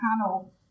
panel